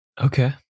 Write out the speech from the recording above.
Okay